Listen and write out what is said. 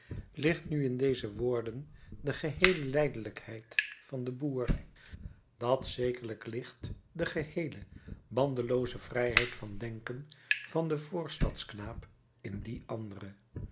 ligt nu in deze woorden de geheele lijdelijkheid van den boer dan zekerlijk ligt de geheele bandelooze vrijheid van denken van den voorstadsknaap in die andere